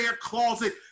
closet